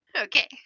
Okay